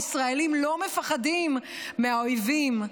הישראלים לא מפחדים מהאויבים,